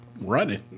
Running